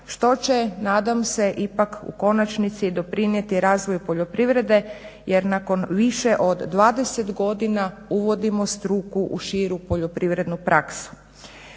što će nadam se ipak u konačnici doprinijeti razvoju poljoprivrede jer nakon više od 20 godina uvodimo struku u širu poljoprivrednu praksu.